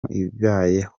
ibayeho